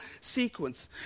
sequence